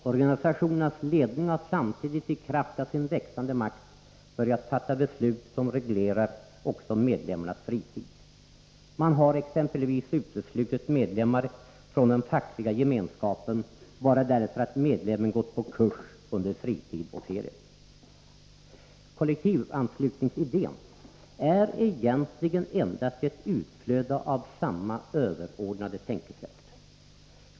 Organisationernas ledning har samtidigt i kraft av sin växande makt börjat fatta beslut som reglerar också medlemmarnas fritid. Man har exempelvis uteslutit medlemmar från den fackliga gemenskapen bara därför att de gått på kurs under fritid och ferier. Kollektivanslutningsidén är egentligen endast ett utflöde av samma överordnade tänkesätt.